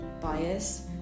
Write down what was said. bias